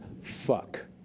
fuck